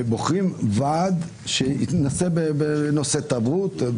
בוחרים ועד שיתנסה בנושא תרבות.